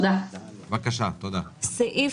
"ערעור